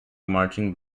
marching